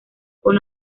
con